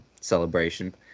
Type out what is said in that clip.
celebration